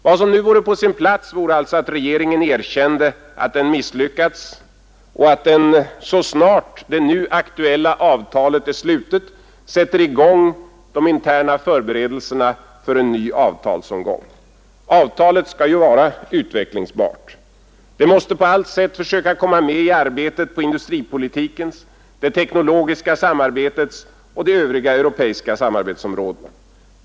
Det vore nu på sin plats att regeringen erkände att den misslyckats och så snart det aktuella avtalet är slutet satte i gång de interna förberedelserna för en ny avtalsomgång — avtalet skall ju vara utvecklingsbart, Vi måste på allt sätt försöka komma med i arbetet på industripolitikens och det teknologiska samarbetets områden samt på de övriga europeiska samarbetsområdena.